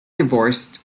divorced